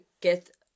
get